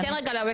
ניתן רגע לאווקה.